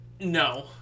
No